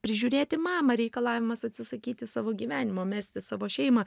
prižiūrėti mamą reikalavimas atsisakyti savo gyvenimo mesti savo šeimą